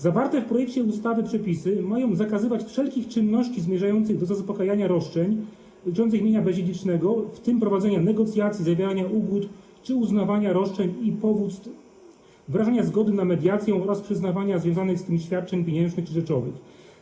Zawarte w projekcie ustawy przepisy mają zakazywać wszelkich czynności zmierzających do zaspokajania roszczeń dotyczących mienia bezdziedzicznego, w tym prowadzenia negocjacji, zawierania ugód czy uznawania roszczeń i powództw, wyrażenia zgody na mediację oraz przyznawania związanych z tym świadczeń pieniężnych czy rzeczowych.